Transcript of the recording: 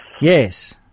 Yes